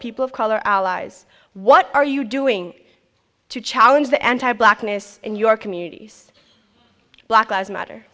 people of color allies what are you doing to challenge the anti blackness in your communities black eyes matter